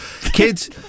Kids